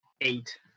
Eight